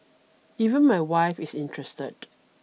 even my wife is interested